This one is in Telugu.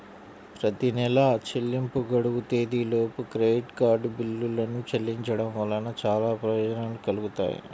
ప్రతి నెలా చెల్లింపు గడువు తేదీలోపు క్రెడిట్ కార్డ్ బిల్లులను చెల్లించడం వలన చాలా ప్రయోజనాలు కలుగుతాయి